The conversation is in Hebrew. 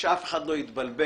ושאף אחד לא יתבלבל,